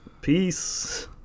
Peace